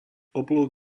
oblúk